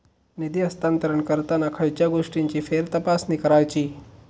निधी हस्तांतरण करताना खयच्या गोष्टींची फेरतपासणी करायची?